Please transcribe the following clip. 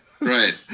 Right